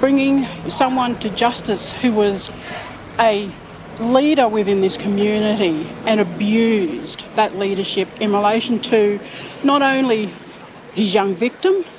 bringing someone to justice who was a leader within this community and abused that leadership in relation to not only his young victim,